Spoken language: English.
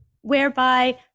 whereby